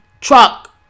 truck